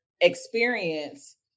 experience